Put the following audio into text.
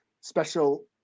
special